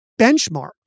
benchmarked